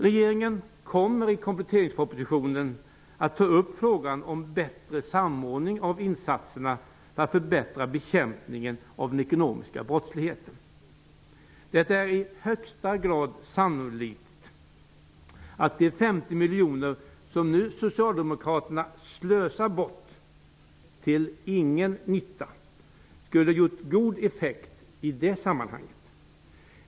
Regeringen kommer i kompletteringspropositionen att ta upp frågan om bättre samordning av insatserna för att stärka bekämpningen av den ekonomiska brottsligheten. Det är i högsta grad sannolikt att de 50 miljoner som Socialdemokraterna nu slösar bort till ingen nytta skulle haft god effekt i detta sammanhang.